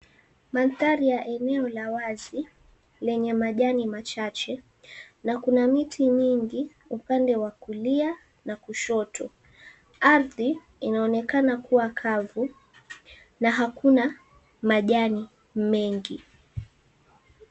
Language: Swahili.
Mandhari ya eneo la wazi lenye majani machache na kuna miti mingi upande wa kulia na kushoto. Ardhi inaonekana kuwa kavu na hakuna majani mengi.